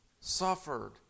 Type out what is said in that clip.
suffered